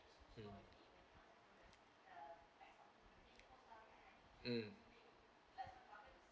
mm